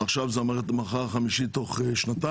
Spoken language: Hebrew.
ועכשיו זו המערכת החמישית וזה קורה תוך שנתיים.